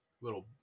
little